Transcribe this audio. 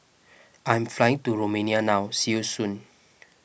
I'm flying to Romania now see you soon